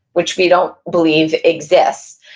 which we don't believe exists.